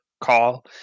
call